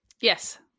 Yes